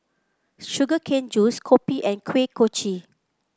Sugar Cane Juice kopi and Kuih Kochi